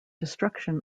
destruction